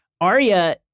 Arya